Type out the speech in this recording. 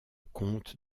conte